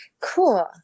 Cool